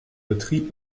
betrieb